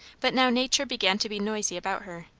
but now nature began to be noisy about her.